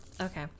Okay